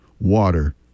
water